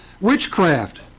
Witchcraft